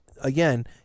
again